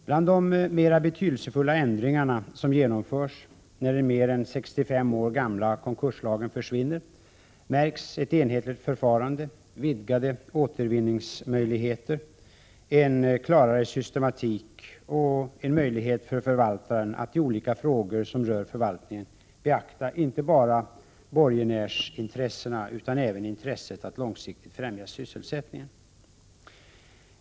Bland de mera betydelsefulla ändringar som genomförs när den mer än 65 år gamla konkurslagen försvinner märks ett enhetligt förfarande, vidgade återvinningsmöjligheter, en klarare systematik och möjligheter för förvaltaren att i olika frågor som rör förvaltningen beakta inte bara borgenärsintressena utan även intresset att långsiktigt främja sysselsättningen.